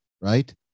Right